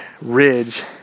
ridge